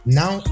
now